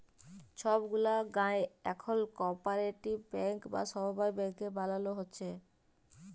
ছব গুলা গায়েঁ এখল কপারেটিভ ব্যাংক বা সমবায় ব্যাংক বালালো হ্যয়েছে